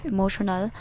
Emotional